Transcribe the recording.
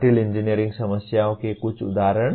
जटिल इंजीनियरिंग समस्याओं के कुछ उदाहरण